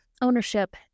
ownership